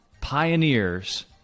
pioneers